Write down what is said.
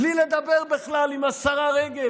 בלי לדבר בכלל עם השרה רגב,